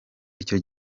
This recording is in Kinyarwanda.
icyo